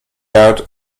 out